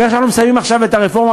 איך שאנחנו מסיימים, עכשיו, את הרפורמה